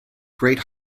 great